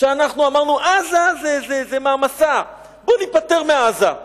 כשאנחנו אמרנו: עזה זה מעמסה, בואו ניפטר מעזה,